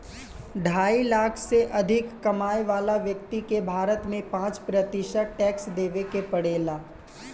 ढाई लाख से अधिक कमाए वाला व्यक्ति के भारत में पाँच प्रतिशत टैक्स देवे के पड़ेला